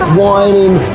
whining